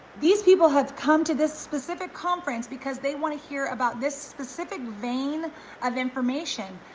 these people have come to this specific conference because they wanna hear about this specific vein of information.